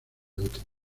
otras